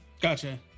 Gotcha